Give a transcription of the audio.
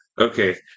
Okay